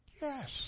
Yes